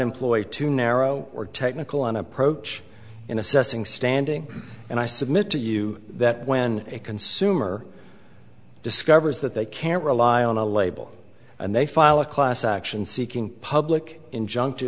employ too narrow or technical an approach in assessing standing and i submit to you that when a consumer discovers that they can't rely on a label and they file a class action seeking public injun